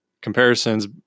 comparisons